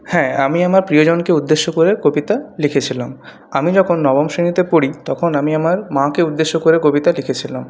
হ্যাঁ আমি আমার প্রিয়জনকে উদ্দেশ্য করে কবিতা লিখেছিলাম আমি যখন নবম শ্রেণীতে পড়ি তখন আমি আমার মাকে উদ্দেশ্য করে কবিতা লিখেছিলাম